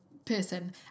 person